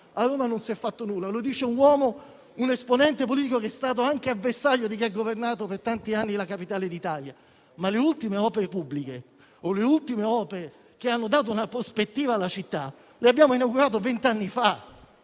a Roma non si è mai fatto nulla. Lo dico come esponente politico che è stato anche avversario di chi ha governato per tanti anni la capitale d'Italia: le ultime opere pubbliche o le ultime opere che hanno dato una prospettiva alla città, le abbiamo inaugurate venti anni fa.